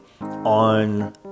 on